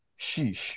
sheesh